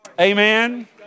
Amen